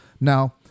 Now